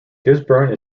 gisborne